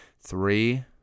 three